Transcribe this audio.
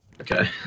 okay